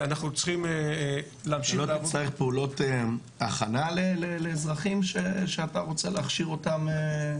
אתה לא תצטרך פעולות הכנה לאזרחים שאתה רוצה להכשיר אותם?